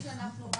טוב.